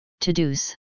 to-dos